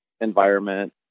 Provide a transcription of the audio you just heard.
environment